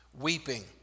weeping